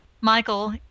Michael